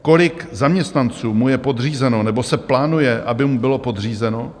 Kolik zaměstnanců mu je podřízeno nebo se plánuje, aby mu bylo podřízeno?